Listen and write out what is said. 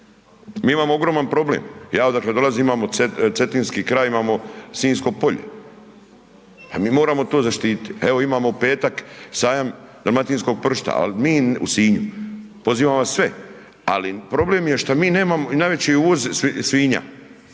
Mi imamo ogroman problem, ja odakle dolazimo, imamo cetinski kraj, imamo Sinjsko polje. A mi moramo to zaštititi, evo imamo u petak Sajam dalmatinskog pršuta u Sinju, pozivam vas sve, ali problem je što mi nemamo i najveći uvoz svinja,